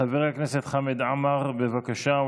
חבר הכנסת חמד עמאר, בבקשה.